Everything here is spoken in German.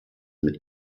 mit